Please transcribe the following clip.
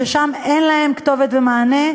ששם אין להם כתבת ומענה,